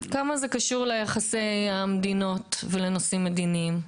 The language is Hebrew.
כמה זה קשור ליחסי המדינות ולנושאים מדיניים?